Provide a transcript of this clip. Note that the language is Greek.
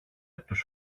τους